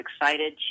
excited